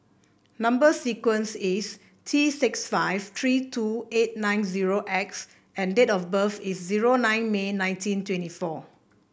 number sequence is T six five three two eight nine zero X and date of birth is zero nine May nineteen twenty four